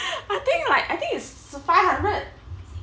I think Iike I think is five hundred